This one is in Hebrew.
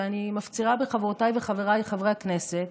ואני מפצירה בחברותיי וחבריי חברי הכנסת